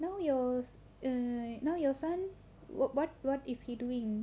yours uh now your son what what what is he doing